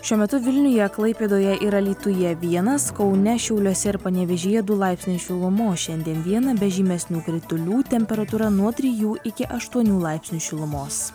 šiuo metu vilniuje klaipėdoje ir alytuje vienas kaune šiauliuose ir panevėžyje du laipsniai šilumos šiandien vieną be žymesnių kritulių temperatūra nuo trijų iki aštuonių laipsnių šilumos